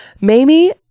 Mamie